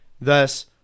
Thus